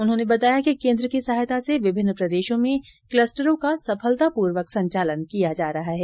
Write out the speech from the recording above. उन्होंने बताया कि केन्द्र की सहायता से विभिन्न प्रदेशों में क्लस्टरों का सफलता पूर्वक संचालन किया जा रहा है